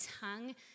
tongue